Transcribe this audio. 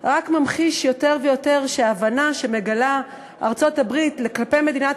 רק ממחיש יותר ויותר שההבנה שארצות-הברית מגלה כלפי מדינת